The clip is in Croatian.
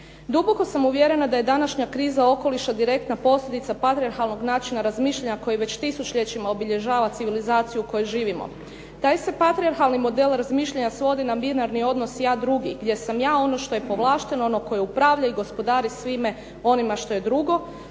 Duboko sam uvjerena da je današnja kriza okoliša direktna posljedica patrijarhalnog načina razmišljanja koji već tisućljećima obilježava civilizaciju u kojoj živimo. Taj se patrijarhalni model razmišljanja svodi na binarni odnos ja drugi gdje sam ja ono što je povlašteno, ono koje upravlja i gospodari svime onime što je drugo